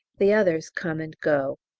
the others come and go.